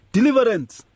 Deliverance